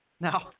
Now